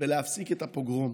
ולהפסיק את הפוגרום.